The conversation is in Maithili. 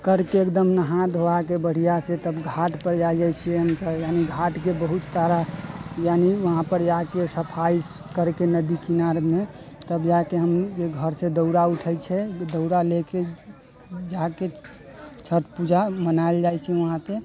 करके एकदम नहा धुआके बढ़िआँसँ तब घाटपर जाइ जाय छियै हमसब यानि घाटके बहुत सारा यानि वहाँपर जाके सफाइ करके नदी किनारमे जाके तब जाके घरसँ दौरा उठै छै उ दौरा लेके जाके छठ पूजा मनायल जाइ छै वहाँपर